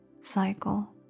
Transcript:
cycle